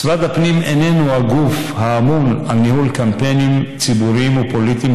משרד הפנים איננו הגוף האמון על ניהול קמפיינים ציבוריים ופוליטיים